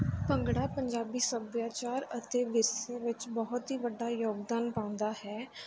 ਭੰਗੜਾ ਪੰਜਾਬੀ ਸੱਭਿਆਚਾਰ ਅਤੇ ਵਿਰਸੇ ਵਿੱਚ ਬਹੁਤ ਹੀ ਵੱਡਾ ਯੋਗਦਾਨ ਪਾਉਂਦਾ ਹੈ